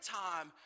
time